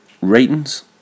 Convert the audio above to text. ratings